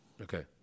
Okay